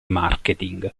marketing